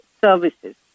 services